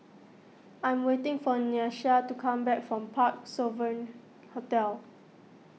I'm waiting for Nyasia to come back from Parc Sovereign Hotel